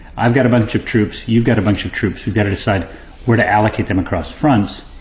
i've got a bunch of troops, you've got a bunch of troops. you've got to decide where to allocate them across fronts.